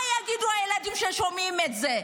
מה יגידו הילדים ששומעים את זה?